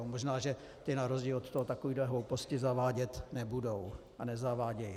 Možná že ti na rozdíl od toho takové hlouposti zavádět nebudou a nezavádějí.